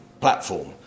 platform